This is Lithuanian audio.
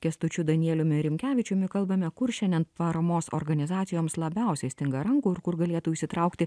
kęstučiu danieliumi rimkevičiumi kalbame kur šiandien paramos organizacijoms labiausiai stinga rankų ir kur galėtų įsitraukti